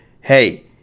hey